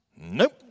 Nope